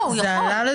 הוא יכול.